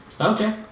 okay